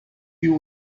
you